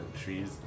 trees